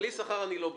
בלי שכר אני לא בא.